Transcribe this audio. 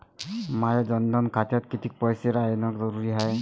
माया जनधन खात्यात कितीक पैसे रायन जरुरी हाय?